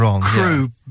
crew